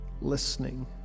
listening